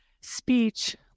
speech